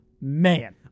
man